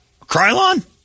Krylon